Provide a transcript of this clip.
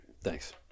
thanks